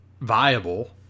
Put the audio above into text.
viable